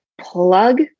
plug